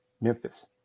Memphis